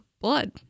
blood